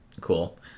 Cool